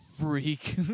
freak